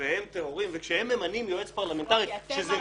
היא הכי מניחה הנחות ערכיות שוויון זה מונח ערכי,